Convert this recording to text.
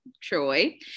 Troy